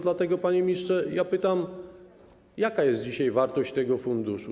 Dlatego, panie ministrze, pytam: Jaka jest dzisiaj wartość tego funduszu?